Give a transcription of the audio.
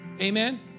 Amen